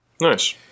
Nice